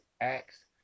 acts